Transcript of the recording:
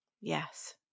Yes